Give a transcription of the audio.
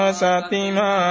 satima